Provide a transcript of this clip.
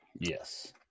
Yes